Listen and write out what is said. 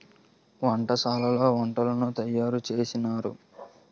వంటశాలలో వంటలను తయారు చేసినారు